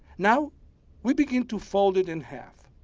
now we begin to fold it in half.